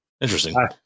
Interesting